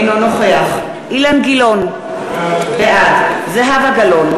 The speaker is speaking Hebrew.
אינו נוכח אילן גילאון, בעד זהבה גלאון,